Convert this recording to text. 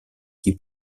qui